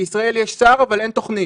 בישראל יש שר אבל אין תוכנית.